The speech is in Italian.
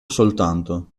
soltanto